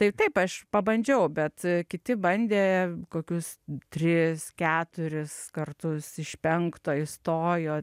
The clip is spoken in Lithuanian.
taip taip aš pabandžiau bet kiti bandė kokius tris keturis kartus iš penkto įstojo